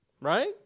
right